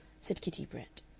said kitty brett.